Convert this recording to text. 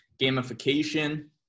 gamification